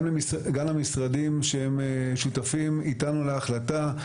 גם המשרדים שהם שותפים איתנו להחלטה,